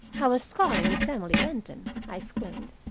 i was calling miss emily benton, i explained,